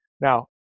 now